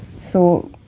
so,